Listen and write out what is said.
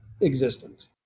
existence